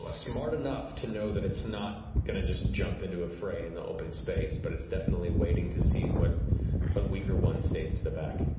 ah smart enough to know that it's not going to jump into a fray in the open space, but it's definitely waiting to see what but weaker one stays to the back.